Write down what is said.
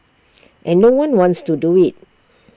and no one wants to do IT